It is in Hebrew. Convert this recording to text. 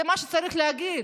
זה מה שצריך להגיד.